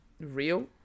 real